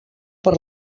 per